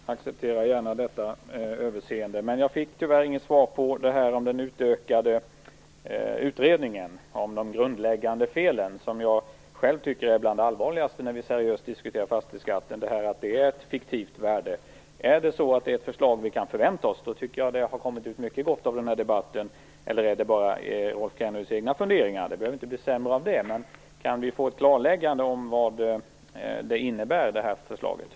Fru talman! Jag accepterar gärna att göra detta överseende. Men jag fick tyvärr inget svar på frågan om en utökad utredning om de grundläggande felen. Jag tycker själv att detta att det är ett fiktivt värde är bland det allvarligaste när vi seriöst diskuterar fastighetsskatten. Kan vi förvänta oss ett förslag tycker jag att det har kommit ut mycket gott av den här debatten. Eller är det bara Rolf Kenneryds egna funderingar? Det behöver inte bli sämre av det. Kan vi få ett klarläggande av vad detta förslag innebär?